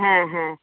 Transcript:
হ্যাঁ হ্যাঁ